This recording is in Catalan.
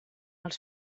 els